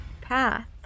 path